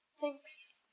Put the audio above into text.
Thanks